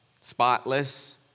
spotless